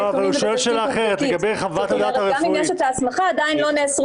מה שאומר חבר הכנסת סגלוביץ'